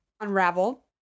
Unravel